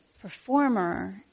performer